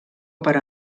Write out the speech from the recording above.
per